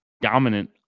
dominant